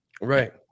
Right